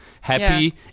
Happy